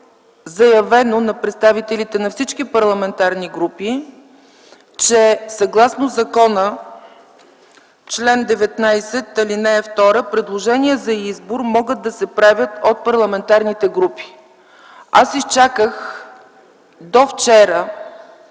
групи, че съгласно закона, чл. 19, ал. 2, предложения за избор могат да се правят от парламентарните групи. Аз изчаках до вчера